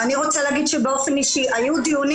אני רוצה לומר שבאופן אישי היו דיונים